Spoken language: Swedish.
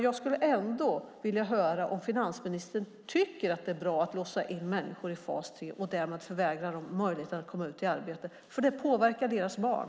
Jag skulle ända vilja höra om finansministern tycker att det är bra att låsa in människor i fas 3 och därmed förvägra dem möjligheten att komma ut i arbete. Det påverkar nämligen deras barn.